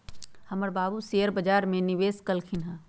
हमर बाबू शेयर बजार में निवेश कलखिन्ह ह